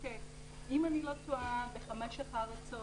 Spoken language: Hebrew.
אם אני לא טועה, בתוכנית בחמש אחר הצוהריים,